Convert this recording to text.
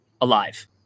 alive